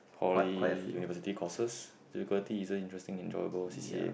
poly university courses difficulty isn't interesting enjoyable c_c_a